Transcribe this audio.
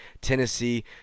Tennessee